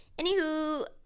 Anywho